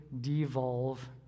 devolve